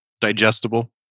digestible